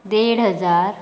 देड हजार